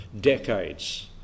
decades